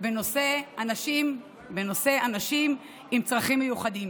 בנושא אנשים עם צרכים מיוחדים,